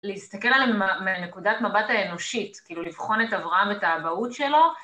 להסתכל עלי מנקודת מבט האנושית, כאילו לבחון את אברהם ואת האבהות שלו.